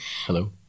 hello